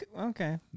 okay